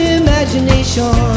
imagination